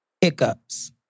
Hiccups